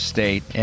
State